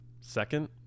second